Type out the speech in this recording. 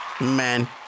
Man